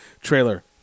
trailer